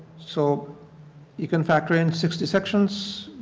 so you can factor in sixty sections,